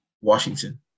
Washington